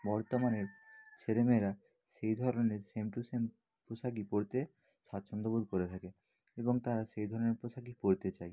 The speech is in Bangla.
বর্তমানের ছেলে মেয়েরা সেই ধরনের সেম টু সেম পোশাকই পরতে স্বাচ্ছন্দ্য বোধ করে থাকে এবং তারা সেই ধরনের পোশাকই পরতে চায়